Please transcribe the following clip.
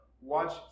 watch